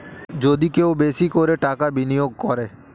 যদি কেউ বেশি করে টাকা বিনিয়োগ করে